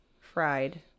fried